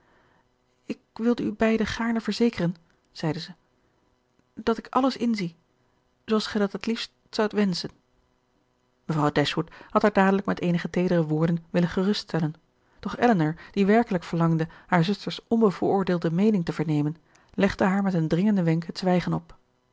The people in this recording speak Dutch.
ik wilde u beiden gaarne verzekeren zeide zij dat ik alles inzie zooals gij dat het liefst zoudt wenschen mevrouw dashwood had haar dadelijk met eenige teedere woorden willen geruststellen doch elinor die werkelijk verlangde haar zuster's onbevooroordeelde meening te vernemen legde haar met een dringenden wenk het zwijgen op